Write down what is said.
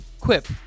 Quip